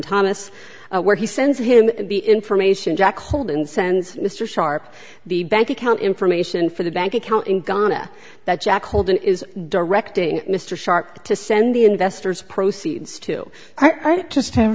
thomas where he sends him the information jack holden sends mr sharp the bank account information for the bank account in guyana that jack holden is directing mr shark to send the investors proceeds to i just have